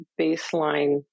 baseline